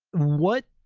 what.